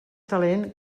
talent